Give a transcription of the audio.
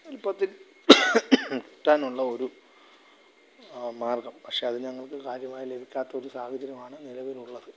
എളുപ്പത്തിൽ കിട്ടാന്നുള്ള ഒരു മാര്ഗം പക്ഷേ അത് ഞങ്ങള്ക്ക് കാര്യമായി ലഭിക്കാത്തൊരു സാഹചര്യമാണ് നിലവില് ഉള്ളത്